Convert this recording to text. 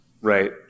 Right